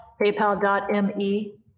PayPal.me